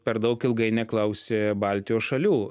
per daug ilgai neklausė baltijos šalių